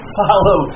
follow